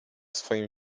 swoim